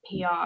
PR